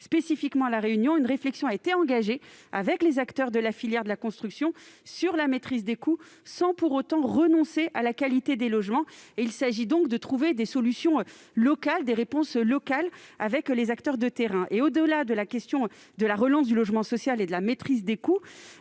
propres. À La Réunion, une réflexion a été engagée avec les acteurs de la filière de la construction sur la maîtrise des coûts sans renoncer à la qualité des logements. Il s'agit de trouver des solutions et des réponses locales, avec les acteurs de terrain. Au-delà de la question de la relance du logement social et de la maîtrise des coûts,